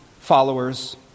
followers